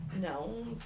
No